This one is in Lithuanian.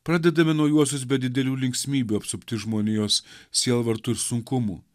pradedame naujuosius be didelių linksmybių apsupti žmonijos sielvarto ir sunkumų